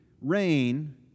rain